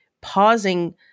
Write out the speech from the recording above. pausing